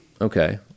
Okay